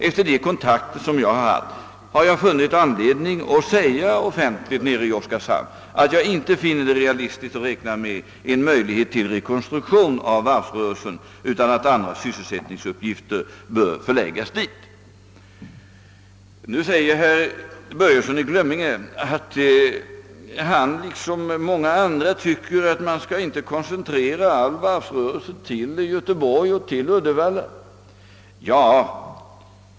Efter de kontakter som jag har haft har jag funnit anledning att offentligt förklara i Oskarshamn att jag inte anser det realistiskt att räkna med en möjlighet till rekonstruktion av varvsrörelsen, utan att andra sysselsättningsåtgärder bör vidtas där. Herr Börjesson i Glömminge säger att han liksom många andra tycker att man inte skall koncentrera all varvsrörelse till Göteborg och Uddevalla.